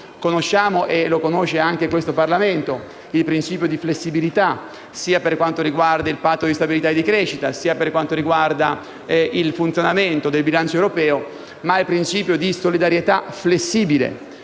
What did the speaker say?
conosciamo - e lo conosce anche questo Parlamento - il principio di flessibilità, sia per quanto riguarda il Patto di stabilità e crescita, sia per quanto riguarda il funzionamento del bilancio europeo, ma il principio di solidarietà flessibile,